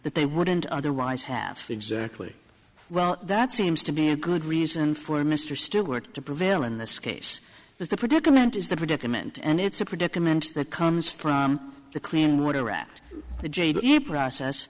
that they wouldn't otherwise have exactly well that seems to be a good reason for mr still work to prevail in this case is the predicament is the predicament and it's a predicament that comes from the clean water act the j j process